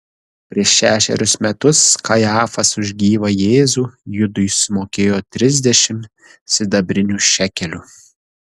prieš šešerius metus kajafas už gyvą jėzų judui sumokėjo trisdešimt sidabrinių šekelių